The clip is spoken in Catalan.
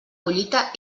collita